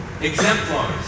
exemplars